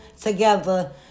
together